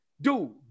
Dude